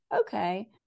Okay